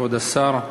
כבוד השר,